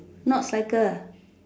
not cycle